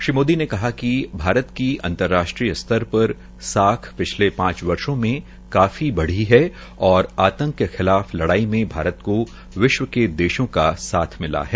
श्री मोदी ने कहा कि भारत की अंतर्राष्ट्रीय स्तर पर साख पिछले वर्षो में बढ़ी है और आतंक के खिलाफ लड़ाई में भारत को विश्व के देशों का साथ मिला है